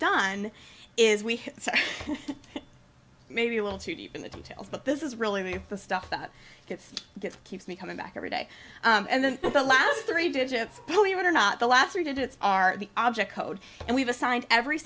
done is we maybe a little too deep in the details but this is really the stuff that gets that keeps me coming back every day and then the last three digits believe it or not the last three digits are the object code and we've assigned every